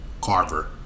Carver